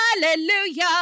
Hallelujah